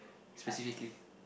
specifically